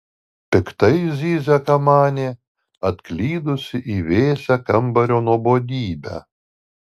piktai zyzia kamanė atklydusi į vėsią kambario nuobodybę